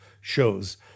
shows